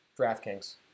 DraftKings